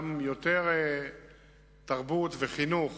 גם יותר תרבות וחינוך